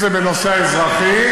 אם זה בנושא האזרחי,